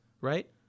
right